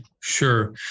Sure